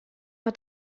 hat